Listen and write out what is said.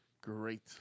Great